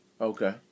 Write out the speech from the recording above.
Okay